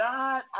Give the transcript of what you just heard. God